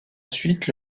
suite